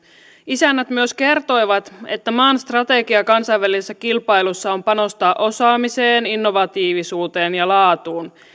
isännät myös kertoivat että maan strategia kansainvälisessä kilpailussa on panostaa osaamiseen innovatiivisuuteen ja laatuun